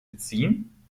beziehen